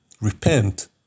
Repent